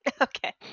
Okay